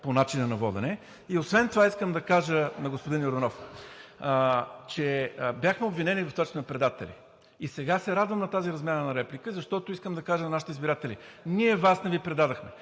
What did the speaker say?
по начина на водене. Освен това искам да кажа на господин Йорданов – бяхме обвинени в това, че сме предатели. Сега се радвам на тази размяна на реплики, защото искам да кажа на нашите избиратели: ние Вас не Ви предадохме.